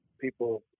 people